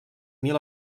mil